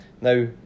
Now